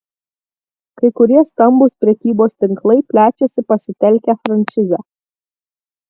kai kurie stambūs prekybos tinklai plečiasi pasitelkę frančizę